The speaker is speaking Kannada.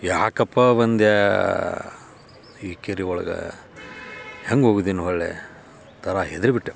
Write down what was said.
ಯಾಕಪ್ಪ ಬಂದೆ ಈ ಕೆರೆ ಒಳಗೆ ಹೆಂಗೆ ಹೋಗುದು ಇನ್ನು ಹೊಳ್ಳಿ ಒಂಥರ ಹೆದ್ರಿ ಬಿಟ್ಟೆವು